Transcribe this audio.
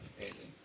amazing